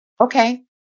okay